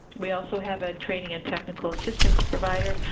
we also have a training and technical assistance provider,